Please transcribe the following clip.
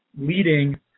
leading